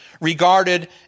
regarded